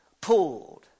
pulled